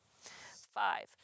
Five